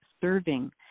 serving